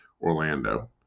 Orlando